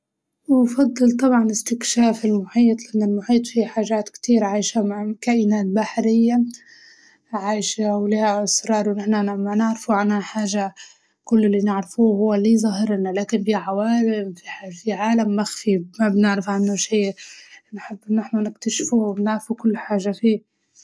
أفضل طبعاً الاستكشاف المحيط لأن المحيط فيه حاجات كتير عايشة مع كائنات بحرية عايشة وليها أسرار ونحنا ما نعرفوا عنها حاجة، كل اللي نعرفوه هو اللي ظاهرلنا لكن في عوالم في ح- في عالم مخفي ما بنعرف عنه شي، نحب إنه احنا نكتشفوه ونعرفوا كل حاجة فيه.